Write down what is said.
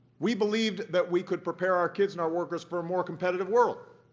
we believed that we could prepare our kids and our workers for a more competitive world.